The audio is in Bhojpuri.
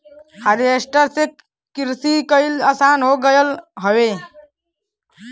हारवेस्टर से किरसी कईल आसान हो गयल हौवे